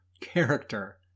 character